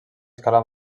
escala